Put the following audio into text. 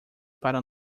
para